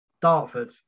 Dartford